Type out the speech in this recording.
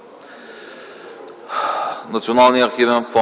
Националния архивен